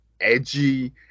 edgy